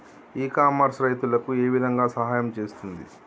ఇ commerce రైతులకు ఏ విధంగా సహాయం చేస్తుంది?